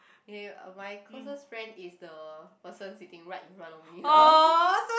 K my closest friend is the person sitting right in front of me now